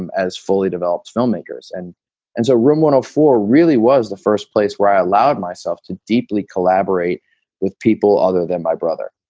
and as fully developed filmmakers and as a role model for really was the first place where i allowed myself to deeply collaborate with people other than my brother.